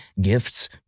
gifts